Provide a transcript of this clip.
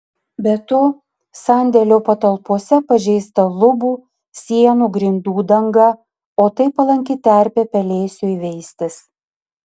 be to sandėlio patalpose pažeista lubų sienų grindų danga o tai palanki terpė pelėsiui veistis